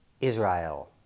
Israel